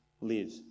live